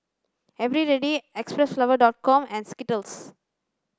Eveready Xpressflower com and Skittles